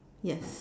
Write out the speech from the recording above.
yes